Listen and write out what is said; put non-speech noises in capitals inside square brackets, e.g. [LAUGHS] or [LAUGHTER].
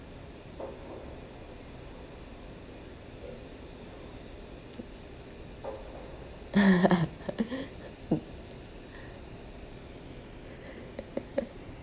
[LAUGHS] [LAUGHS]